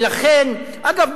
אגב,